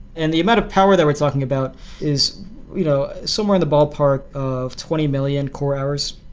and the amount of power that we're talking about is you know somewhere in the ballpark of twenty million core hours.